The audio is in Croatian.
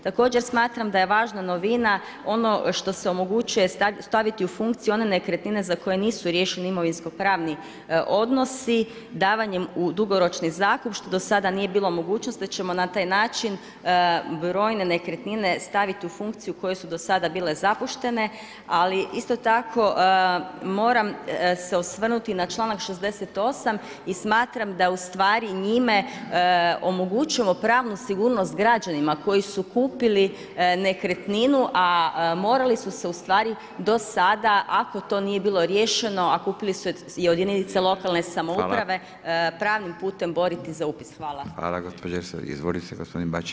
Također smatram da je važna novina ono što se omogućuje staviti u funkciju one nekretnine za koje nisu riješeni imovinsko pravni odnosi davanjem u dugoročni zakup što do sad nije bila mogućnost da ćemo na taj način brojne nekretnine staviti u funkciju koje su do sada bile zapuštene ali isto tako moram se osvrnuti na članak 68. i smatram da u stvari njime omogućujemo pravnu sigurnost građanima koji su kupili nekretninu a morali su se ustvari do sada ako to nije bilo riješeno a kupili su je od jedinice lokalne samouprave pravni putem boriti za upis, hvala.